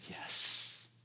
yes